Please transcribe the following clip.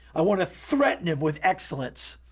i want to threaten him with excellence.